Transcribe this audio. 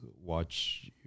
watch